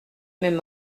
même